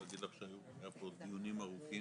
ההסדר מקבע מצב קיים.